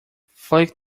flick